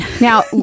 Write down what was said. Now